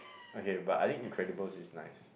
okay but I think Incredibles is nice